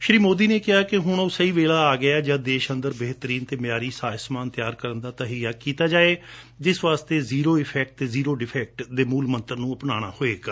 ਸ੍ਰੀ ਮੋਦੀ ਨੇ ਕਿਹਾ ਕਿ ਹੁਣ ਉਹ ਸਹੀ ਵੇਲਾ ਆ ਗਿਐ ਜਦ ਦੇਸ਼ ਅੰਦਰ ਬੇਹਤਰੀਨ ਅਤੇ ਮਿਆਰੀ ਸਾਜ ਸਮਾਨ ਤਿਆਰ ਕਰਣ ਦਾ ਤਹੈਈਆ ਕੀਤਾ ਜਾਵੇ ਜਿਸ ਵਾਸਤੇ ਜੀਰੋ ਇਫੈਕਟ ਅਤੇ ਜ਼ੀਰੋ ਡਿਫੈਕਟ ਦੇ ਮੁਲ ਮੰਤਰ ਨੂੰ ਅਪਣਾਉਣਾ ਹੋਵੇਗਾ